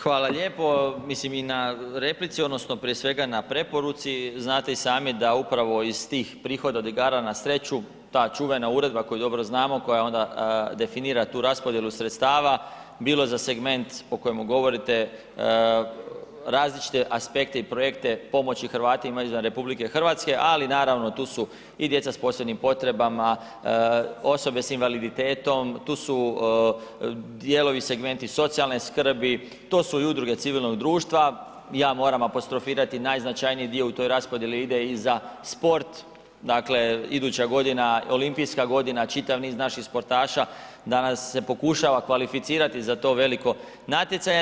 Hvala lijepo, mislim i na replici odnosno prije svega na preporuci, znate i sami da upravo iz tih prihoda od igara na sreću ta čuvena uredba koju dobro znamo koja onda definira tu raspodjelu sredstava, bilo za segment o kojemu govorite različite aspekte i projekte pomoći Hrvatima izvan RH, ali naravno tu su i djeca s posebnim potrebama, osobe s invaliditetom, tu su dijelovi i segmenti socijalne skrbi, to su i udruge civilnog društva i ja moram apostrofirati najznačajniji dio u toj raspodjeli ide i za sport, dakle, iduća godina, olimpijska godina čitav niz naših sportaša danas se pokušava kvalificirati za to veliko natjecanje.